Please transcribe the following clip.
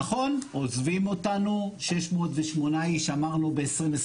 נכון, עוזבים אותנו 608 איש, אמרנו ב-2021.